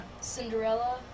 Cinderella